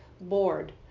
Board